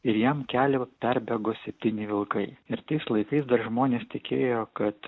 ir jam kelią va perbėgo septyni vilkai ir tais laikais dar žmonės tikėjo kad